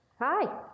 hi